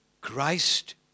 Christ